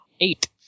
Eight